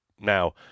Now